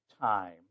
time